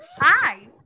Hi